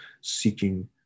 seeking